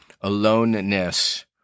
Aloneness